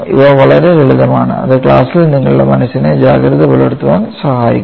ഇവ വളരെ ലളിതമാണ് അത് ക്ലാസിൽ നിങ്ങളുടെ മനസ്സിനെ ജാഗ്രത പുലർത്താൻ സഹായിക്കും